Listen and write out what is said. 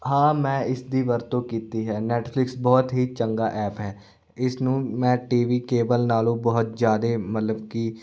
ਹਾਂ ਮੈਂ ਇਸ ਦੀ ਵਰਤੋਂ ਕੀਤੀ ਹੈ ਨੈਟਫਲਿਕਸ ਬਹੁਤ ਹੀ ਚੰਗਾ ਐਪ ਹੈ ਇਸ ਨੂੰ ਮੈਂ ਟੀ ਵੀ ਕੇਬਲ ਨਾਲੋਂ ਬਹੁਤ ਜ਼ਿਆਦੇ ਮਤਲਬ ਕਿ